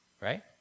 right